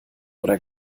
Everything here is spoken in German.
oder